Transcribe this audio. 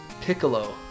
Piccolo